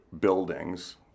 buildings